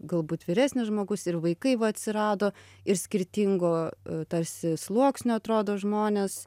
galbūt vyresnis žmogus ir vaikai va atsirado ir skirtingo tarsi sluoksnio atrodo žmonės